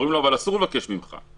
אומרים לו "אבל אסור לבקש ממך".